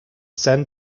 send